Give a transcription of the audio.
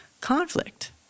conflict